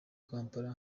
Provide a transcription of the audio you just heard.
kampala